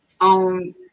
on